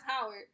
Howard